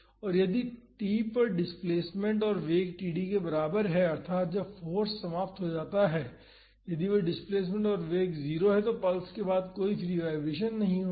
और यदि t पर डिस्प्लेसमेंट और वेग td के बराबर है अर्थात जब फाॅर्स समाप्त होता है यदि वह डिस्प्लेसमेंट और वेग 0 है तो पल्स के बाद कोई फ्री वाईब्रेशन नहीं होता है